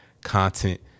content